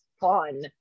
fun